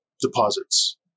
deposits